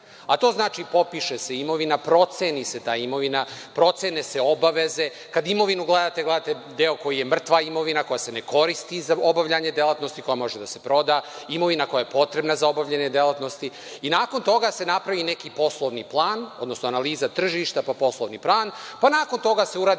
a to znači popiše se imovina, proceni se ta imovina, procene se obaveze. Kada imovinu gledate, gledate deo koji je mrtva imovina koja se ne koristi za obavljanje delatnosti, koja može da se proda, imovina koja je potrebna za obavljanje delatnosti i nakon toga se napravi neki poslovni plan, analiza tržišta, pa poslovni plan, pa nakon toga se uradi